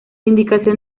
indicación